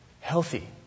Healthy